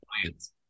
clients